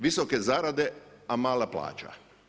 Visoke zarade a mala plaća.